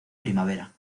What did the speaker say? primavera